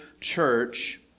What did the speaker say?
church